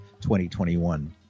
2021